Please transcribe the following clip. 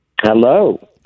Hello